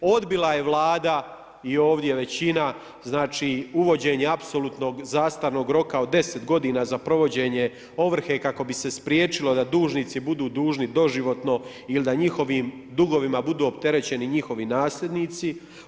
Odbila je Vlada i ovdje većina znači uvođenje apsolutnog zastarnog roka od 10 g. za provođenje ovrhe, kako bi se spriječilo da dužnici budu dužni doživotno ili da njihovim dugovima budu opterećeni njihovi nasljednici.